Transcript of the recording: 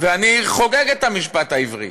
ואני חוגג את המשפט העברי,